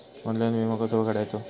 Online विमो कसो काढायचो?